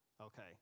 Okay